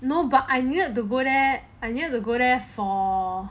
no but I needed to go there I needed to go there for